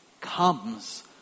comes